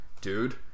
dude